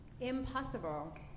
Impossible